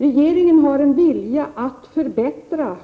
Regeringen har en vilja att förbättra